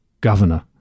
Governor